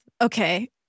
okay